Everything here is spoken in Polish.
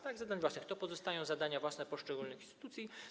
Tak, zadań własnych, to nadal są zadania własne poszczególnych instytucji.